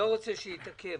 אני לא רוצה שיתעכב.